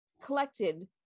collected